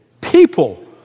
people